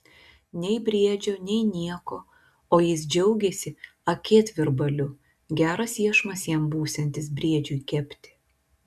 nei briedžio nei nieko o jis džiaugiasi akėtvirbaliu geras iešmas jam būsiantis briedžiui kepti